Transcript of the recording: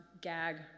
gag